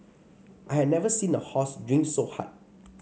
I had never seen a horse drink so hard